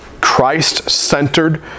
Christ-centered